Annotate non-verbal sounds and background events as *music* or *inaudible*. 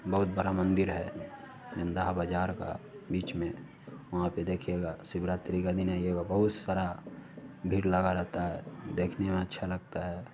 बहुत बड़ा मन्दिर है जमदहा बाज़ार का बीच में वहाँ पर देखिएगा शिवरात्रि के दिन *unintelligible* बहुत सारा भीड़ लगा रहता है देखने में अच्छा लगता है